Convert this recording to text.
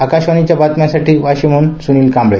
आकाशवाणीच्या बातम्यांसाठी वाशीमहन सुनील कांबळे